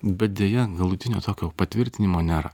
bet deja galutinio tokio patvirtinimo nėra